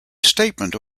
statement